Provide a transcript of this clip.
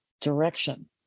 direction